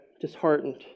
disheartened